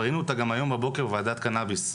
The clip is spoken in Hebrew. וראינו את זה גם בוועדת הקנאביס הבוקר,